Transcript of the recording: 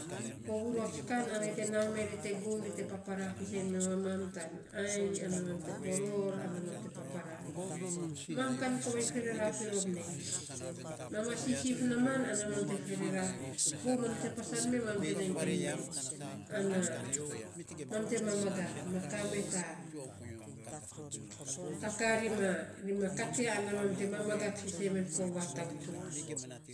Fo vurots kan, ana ri te naa me ri te gum, ri te papara fiisen me mamam, tan ainy, ana mam te poror ana mam te papara man kan komainy ferera fi rom nei mam ma sisiuf naaman, ana mam te ferera, vou mam te pasaan mee mam te nai ainy mee ana mam te mamagat, ma kaa me ta ta ka ri ma ri ma kat ya ana ma te mamagat fiisen men fo vatau tsumam.